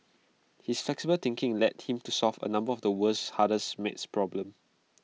his flexible thinking led him to solve A number of the world's hardest math problems